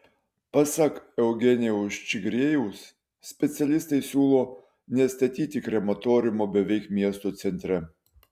pasak eugenijaus čigriejaus specialistai siūlo nestatyti krematoriumo beveik miesto centre